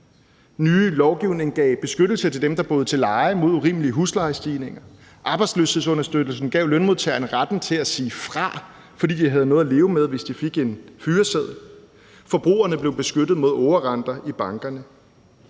Ny lovgivning gav beskyttelse til dem, der boede til leje, mod urimelige huslejestigninger; arbejdsløshedsunderstøttelse gav lønmodtagerne retten til at sige fra, fordi de havde noget at leve af, hvis de fik en fyreseddel; forbrugerne blev beskyttet mod ågerrenter i bankerne.